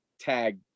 tag